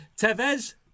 Tevez